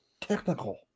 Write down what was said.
technical